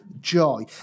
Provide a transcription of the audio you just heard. joy